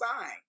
sign